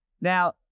Now